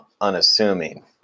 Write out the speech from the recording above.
unassuming